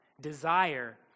desire